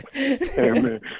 Amen